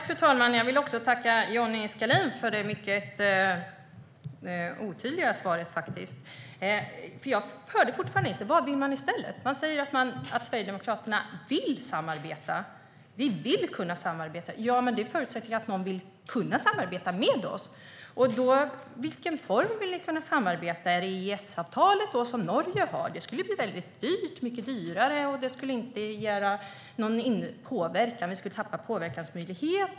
Fru talman! Jag vill tacka Johnny Skalin för det mycket otydliga svaret. Jag hörde ingenting om vad Sverigedemokraterna vill i stället. Han säger att Sverigedemokraterna vill samarbeta. Men det förutsätter att någon vill kunna samarbeta med oss. I vilken form vill ni samarbeta? Vill ni ha ett EES-avtal som Norge har? Det skulle bli mycket dyrare, och det skulle inte ge oss någon möjlighet att påverka.